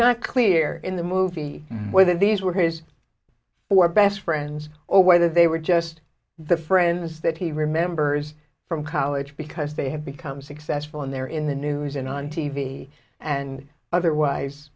not clear in the movie whether these were his or best friends or whether they were just the friends that he remembers from college because they have become successful in their in the news and on t v and otherwise